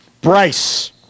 Bryce